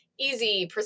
easy